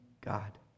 God